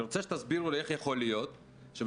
אני רוצה שתסבירו לי איך יכול להיות שבמשבר